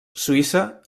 suïssa